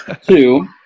Two